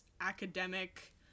academic